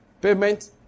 Payment